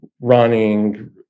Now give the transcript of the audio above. running